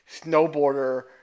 snowboarder